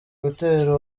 gutera